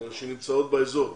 שנמצאות באזור.